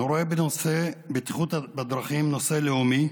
אני רואה בנושא הבטיחות בדרכים נושא לאומי,